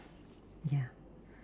ya